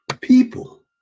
people